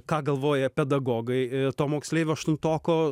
ką galvoja pedagogai to moksleivio aštuntoko